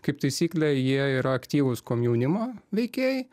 kaip taisyklė jie yra aktyvūs komjaunimo veikėjai